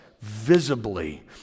visibly